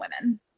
women